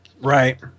Right